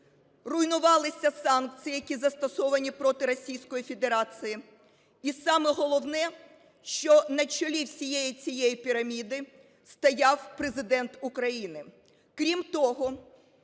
руйнувалися санкції, які застосовані проти Російської Федерації, і саме головне, що на чолі всієї цієї піраміди стояв Президент України. Крім того,